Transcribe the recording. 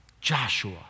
Joshua